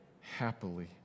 happily